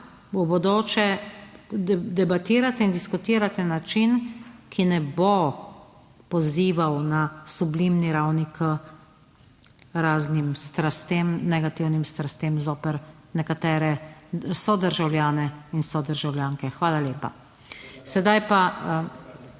v bodoče debatirate in diskutirate na način, ki ne bo pozival na sublimni ravni k raznim strastem, negativnim strastem zoper nekatere sodržavljane in sodržavljanke. Hvala lepa. Sedaj pa